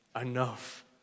enough